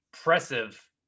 impressive